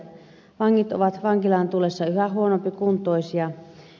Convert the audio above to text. vangit ovat vankilaan tullessa yhä huonompikuntoisia